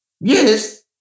Yes